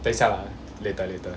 等一下 lah later later